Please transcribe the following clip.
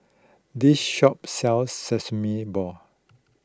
this shop sells Sesame Balls